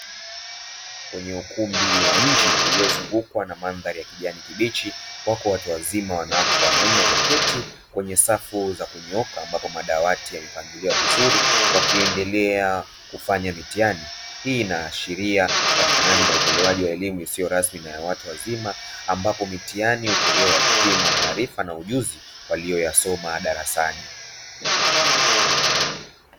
Kwenye ukumbi wa nchi uliozungukwa na mandhari ya kijani kibichi, wako watu wazima wanawake na wanaume wameketi kwenye safu za kunyooka ambapo madawati yamepangiliwa vizuri, wakiendelea kufanya mitihani; hii inaashiria upatikanaji na utolewaji wa elimu isiyo rasmi kwa watu wazima, ambapo mitihani hutolewa kupima maarifa na ujuzi walioyasoma darasani.